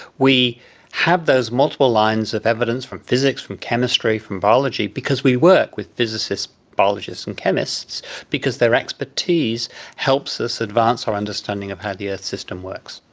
we have those multiple lines of evidence from physics, from chemistry, from biology because we work with physicists, biologists and chemists because their expertise helps us advance our understanding of how the earth system works.